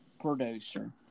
producer